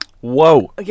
Whoa